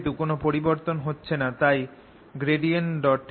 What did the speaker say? যেহেতু কোন পরিবর্তন হচ্ছে না তাই E 0